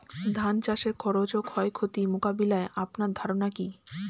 ধান চাষের খরচ ও ক্ষয়ক্ষতি মোকাবিলায় আপনার ধারণা কী?